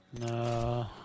No